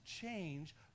change